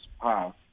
path